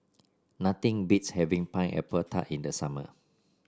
nothing beats having Pineapple Tart in the summer